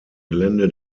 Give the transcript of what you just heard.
gelände